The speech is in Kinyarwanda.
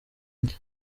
njye